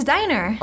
Diner